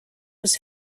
was